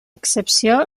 excepció